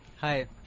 Hi